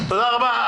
תודה רבה.